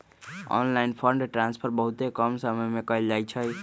online fund transfer बहुते कम समय में कएल जाइ छइ